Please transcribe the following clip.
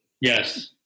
Yes